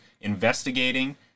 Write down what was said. investigating